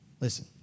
Listen